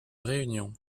réunion